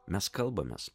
mes kalbamės